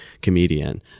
comedian